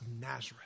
Nazareth